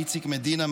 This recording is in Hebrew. איציק מדינה,